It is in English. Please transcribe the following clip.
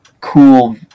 cool